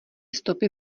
stopy